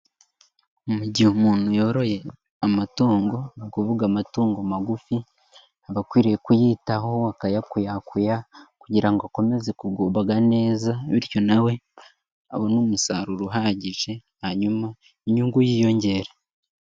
Mu gihe umuntu yoroye amatungo ni ukuvuga amatungo magufi, aba akwiriye kuyitaho akayakuyakuya kugira ngo akomeze kugubwa neza bityo na we abone umusaruro uhagije, hanyuma inyungu yiyongere.